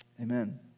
Amen